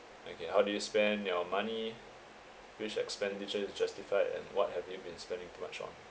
okay how do you spend your money which expenditure is justified and what have you been spending too much on